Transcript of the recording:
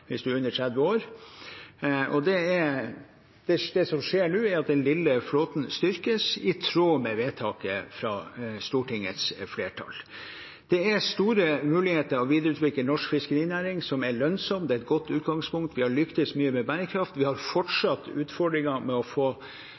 hvis de er under 30 år. Det som skjer nå, er at den lille flåten styrkes i tråd med vedtaket fra Stortingets flertall. Det er store muligheter for å videreutvikle norsk fiskerinæring, som er lønnsom. Det er et godt utgangspunkt. Vi har lyktes mye med bærekraft. Vi har fortsatt utfordringer med å få